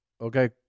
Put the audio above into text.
okay